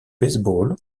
baseball